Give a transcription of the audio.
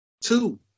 Two